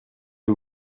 que